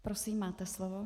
Prosím, máte slovo.